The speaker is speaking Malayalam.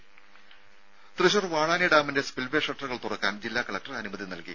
രംഭ തൃശൂർ വാഴാനി ഡാമിന്റെ സ്പിൽവേ ഷട്ടറുകൾ തുറക്കാൻ ജില്ലാ കലക്ടർ അനുമതി നൽകി